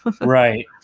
Right